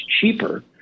cheaper